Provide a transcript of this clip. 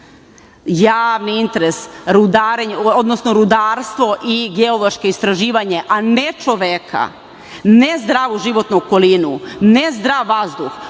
javni interes rudarstvo i geološka istraživanje, a ne čoveka, ne zdravu životnu okolinu, ne zdrav vazduh.